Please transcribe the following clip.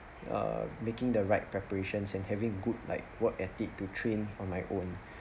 uh making the right preparations and having good like work ethic to train on my own